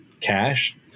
cash